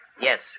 Yes